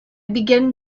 begin